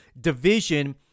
division